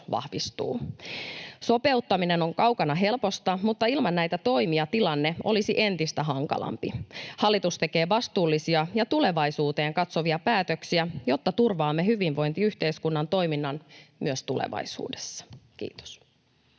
vahvistuu. Sopeuttaminen on kaukana helposta, mutta ilman näitä toimia tilanne olisi entistä hankalampi. Hallitus tekee vastuullisia ja tulevaisuuteen katsovia päätöksiä, jotta turvaamme hyvinvointiyhteiskunnan toiminnan myös tulevaisuudessa. — Kiitos.